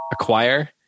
Acquire